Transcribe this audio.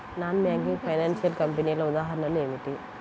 Non banking financial కంపెనీల ఉదాహరణలు ఏమిటి?